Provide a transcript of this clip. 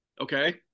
Okay